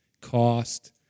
cost